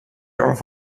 auf